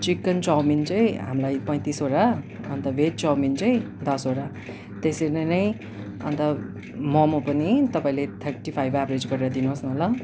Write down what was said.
chicken chowmein चाहिँ हामीलाई पैँतिसवटा अन्त भेज चौमिन चाहिँ दसवटा त्यसरी नै अन्त मोमो पनि तपाईँले थर्टी फाइभ एभेरेज गरेर दिनुहोस् न ल